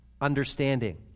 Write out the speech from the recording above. understanding